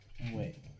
wait